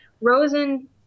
Rosen